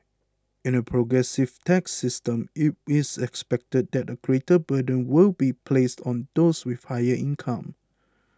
in a progressive tax system it is expected that a greater burden will be placed on those with higher income